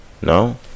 No